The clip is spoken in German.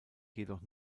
jedoch